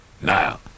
now